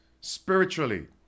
spiritually